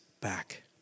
back